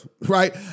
right